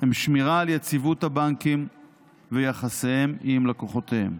הם שמירה על יציבות הבנקים ויחסיהם עם לקוחותיהם.